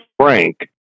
frank